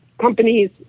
companies